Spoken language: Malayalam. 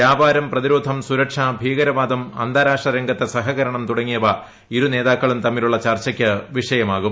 വ്യാപാരം പ്രതിരോധം സുരക്ഷ ഭീകരവാദം അന്താരാഷ്ട്ര രംഗത്തെ സഹകരണം തൂടങ്ങിയവ ഇരുനേതാക്കളും തമ്മിലുള്ള ചർച്ചയ്ക്ക് വിഷയമാകും